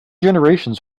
generations